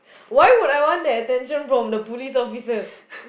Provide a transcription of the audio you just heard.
why would I want that attention from the police officers